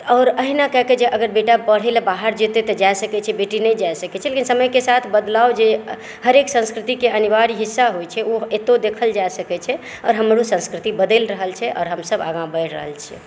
आओर अहिना कऽ कऽ बेटा जँ अगर पढ़य लेल बाहर जा सकै छै बेटी नहि जा सकै छै ठीक छै समयकेँ साथ बदलाव जे हरेक संस्कृतिके अनिवार्य हिस्सा होइ छै ओ एतहुँ देखल जा सकै छै आओर हमरो संस्कृति बदलि रहल छै आओर हम सभ आगा बढ़ि रहल छै